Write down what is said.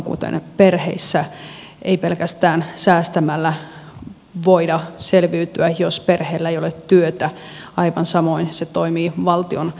kuten perheissä ei pelkästään säästämällä voida selviytyä jos perheellä ei ole työtä aivan samoin se toimii valtiontaloudessa